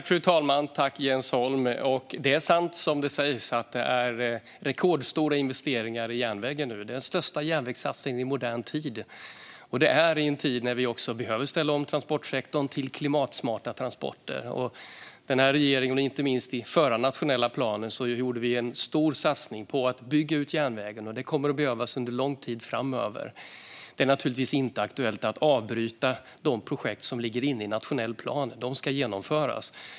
Fru talman! Jag tackar Jens Holm för frågan. Det är sant som det sägs att det nu sker rekordstora investeringar i järnvägen. Det är den största järnvägssatsningen i modern tid, och det är i en tid när vi behöver ställa om transportsektorn till klimatsmarta transporter. Denna regering gjorde, inte minst i den förra nationella planen, en stor satsning på att bygga ut järnvägen, och det kommer att behöva göras under lång tid framöver. Det är naturligtvis inte aktuellt att avbryta de projekt som ligger i nationell plan. De ska genomföras.